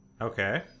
Okay